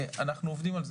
אנחנו עובדים על זה.